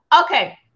okay